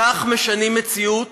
כך משנים מציאות